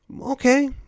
Okay